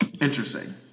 Interesting